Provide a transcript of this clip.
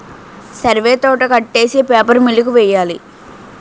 సరివే తోట కొట్టేసి paper mill కి వెయ్యాలి